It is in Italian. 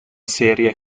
serie